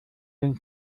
den